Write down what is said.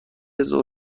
ظهر